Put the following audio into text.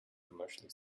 commercially